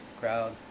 crowd